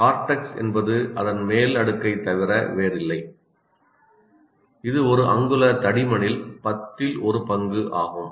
cortex என்பது அதன் மேல் அடுக்கைத் தவிர வேறில்லை இது ஒரு அங்குல தடிமனில் பத்தில் ஒரு பங்கு ஆகும்